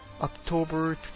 October